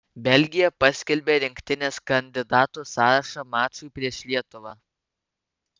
belgija paskelbė rinktinės kandidatų sąrašą mačui prieš lietuvą